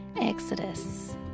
Exodus